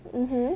mmhmm